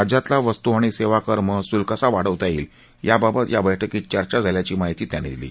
राज्यातला वस्तू आणि सेवा कर महसूल कसा वाढवता येईल याबाबत या बैठकीत चर्चा झाल्याची माहिती त्यांनी दिली